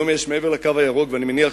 היום יש מעבר ל"קו הירוק" ואני מניח